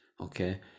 Okay